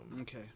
Okay